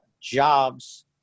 jobs